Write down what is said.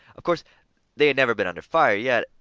of course they ain't never been under fire yet,